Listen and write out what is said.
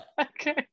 okay